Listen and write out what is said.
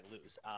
lose